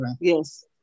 Yes